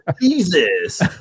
Jesus